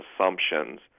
assumptions